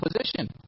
position